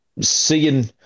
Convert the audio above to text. seeing